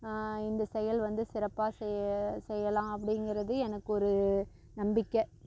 இந்த செயல் வந்து சிறப்பாக செய செய்யலாம் அப்படிங்கறது எனக்கு ஒரு நம்பிக்கை